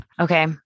Okay